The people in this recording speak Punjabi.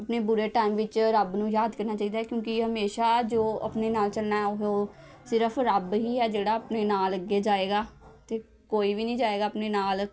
ਆਪਣੇ ਬੁਰੇ ਟਾਈਮ ਵਿੱਚ ਰੱਬ ਨੂੰ ਯਾਦ ਕਰਨਾ ਚਾਹੀਦਾ ਹੈ ਕਿਉਂਕਿ ਹਮੇਸ਼ਾ ਜੋ ਆਪਣੇ ਨਾਲ਼ ਚੱਲਣਾ ਉਹ ਸਿਰਫ਼ ਰੱਬ ਹੀ ਹੈ ਜਿਹੜਾ ਆਪਣੇ ਨਾਲ਼ ਅੱਗੇ ਜਾਵੇਗਾ ਅਤੇ ਕੋਈ ਵੀ ਨਹੀਂ ਜਾਵੇਗਾ ਆਪਣੇ ਨਾਲ਼